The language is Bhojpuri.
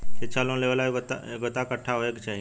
शिक्षा लोन लेवेला योग्यता कट्ठा होए के चाहीं?